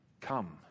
Come